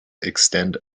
extend